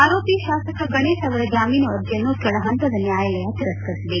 ಆರೋಪಿ ಶಾಸಕ ಗಣೇಶ್ ಅವರ ಜಾಮೀನು ಅರ್ಜಿಯನ್ನು ಕೆಳಹಂತದ ನ್ವಾಯಾಲಯ ತಿರಸ್ಥರಿಸಿದೆ